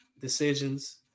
decisions